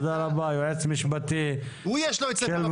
יש לו את ספר הבוחרים,